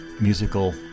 musical